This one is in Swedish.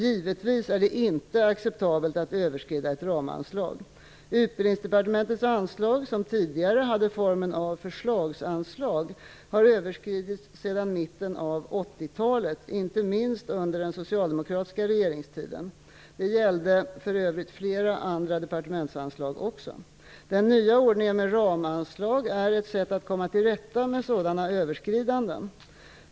Givetvis är det inte acceptabelt att överskrida ett ramanslag. Utbildningsdepartementets anslag, som tidigare hade formen av förslagsanslag, har överskridits sedan mitten på 80-talet, inte minst under den socialdemokratiska regeringstiden. Det gällde för övrigt flera andra myndighetsanslag också. Den nya ordningen med ramanslag är ett sätt att komma till rätta med sådana överskridanden.